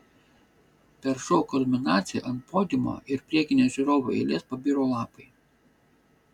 per šou kulminaciją ant podiumo ir priekinės žiūrovų eilės pabiro lapai